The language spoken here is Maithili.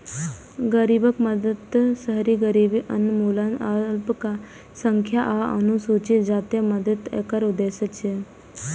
गरीबक मदति, शहरी गरीबी उन्मूलन, अल्पसंख्यक आ अनुसूचित जातिक मदति एकर उद्देश्य छै